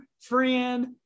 friend